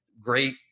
great